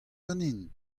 ganin